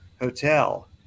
hotel